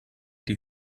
die